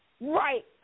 Right